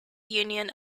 union